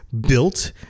built